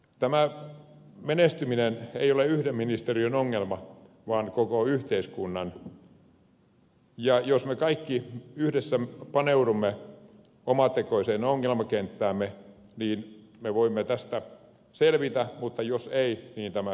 tämä menestyminen ei ole yhden ministeriön ongelma vaan koko yhteiskunnan ja jos me kaikki yhdessä paneudumme omatekoiseen ongelmakenttäämme niin me voimme tästä selvitä mutta jos emme niin tämä hyvinvointiyhteiskunta rapistuu